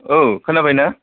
औ खोनाबायना